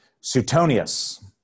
Suetonius